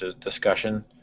discussion